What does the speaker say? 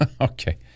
Okay